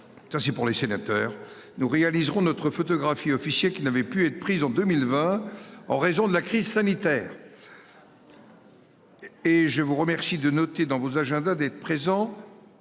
ça c'est pour les sénateurs, nous réaliserons notre photographie officier qui n'avait pu être prise en 2020 en raison de la crise sanitaire. Et je vous remercie de noter dans vos agendas, d'être présent.